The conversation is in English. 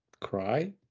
cry